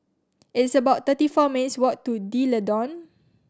it's about thirty four minutes' walk to D'Leedon